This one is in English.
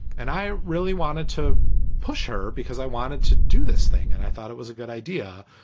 and i really wanted to push her because i wanted to do this thing. and i thought it was a good idea.